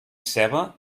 ceba